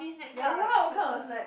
ya lah what kind of snack